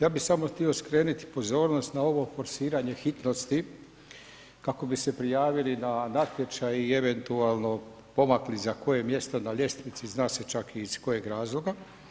Ja bih samo htio skrenuti pozornost na ovo forsiranje hitnosti kako bi se prijavili na natječaj i eventualno pomakli za koje mjesto na ljestvici, zna se čak i iz kojeg razloga.